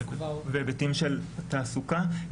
והיבטים של תעסוקה.